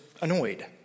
annoyed